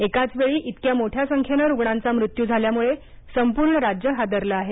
एकाच वेळी इतक्या मोठ्या संख्येनं रुग्णांचा मृत्यू झाल्यामुळे संपूर्ण राज्य हादरलं आहे